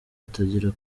atangira